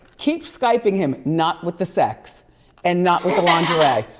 keep skyping him, not with the sex and not with the lingerie,